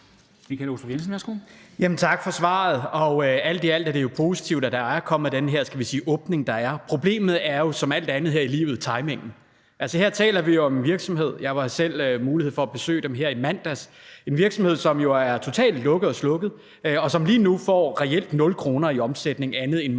Michael Aastrup Jensen (V): Tak for svaret. Alt i alt er det jo positivt, at der er kommet den her, skal vi sige åbning, der er. Problemet er, som med alt andet her i livet, timingen. Altså, her taler vi om en virksomhed – jeg havde selv mulighed for at besøge den her i mandags – som er totalt lukket og slukket, og som lige nu reelt har 0 kr. i omsætning ud over det